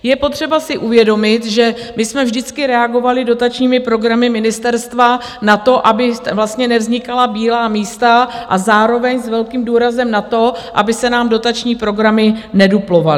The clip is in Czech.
Je potřeba si uvědomit, že my jsme vždycky reagovali dotačními programy ministerstva na to, aby vlastně nevznikala bílá místa, a zároveň s velkým důrazem na to, aby se nám dotační programy nedublovaly.